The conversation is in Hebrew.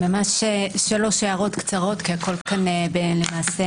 ממש שלוש הערות קצרות, כי הכול כאן נאמר.